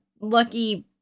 lucky